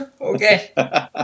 Okay